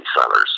centers